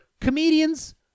Comedians